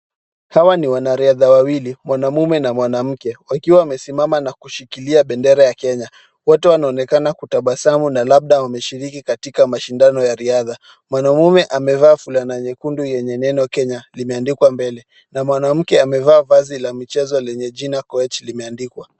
Hawa ni wanariadha wawili, mwanamme na mwanamke wakiwa wamesimama na kushikilia bendera ya Kenya. Wote wanaonekana kutabasamu na labda wameshiriki katika mashindano ya riadha. Mwanamme amevaa fulana nyekundu yenye neno Kenya limeandikwa mbele na mwanamke amevaa vazi la michezo lenye jina Koech limeandikwa.